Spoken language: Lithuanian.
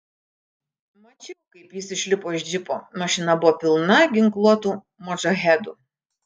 mačiau kaip jis išlipo iš džipo mašina buvo pilna ginkluotų modžahedų